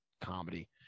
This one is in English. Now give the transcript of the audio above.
comedy